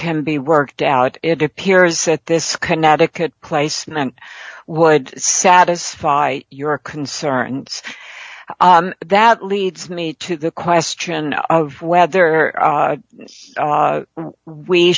can be worked out it appears that this connecticut placement would satisfy your concerns that leads me to the question of whether